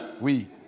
Oui